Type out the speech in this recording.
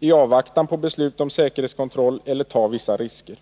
i avvaktan på beslut om säkerhetskontroll eller att ta vissa risker.